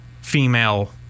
female